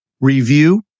review